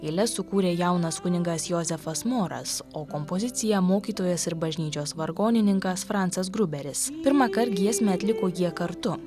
eiles sukūrė jaunas kunigas jozefas moras o kompoziciją mokytojas ir bažnyčios vargonininkas francas gruberis pirmąkart giesmę atliko jie kartu